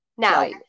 Now